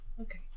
Okay